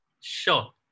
Sure